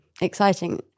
Exciting